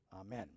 amen